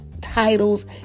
titles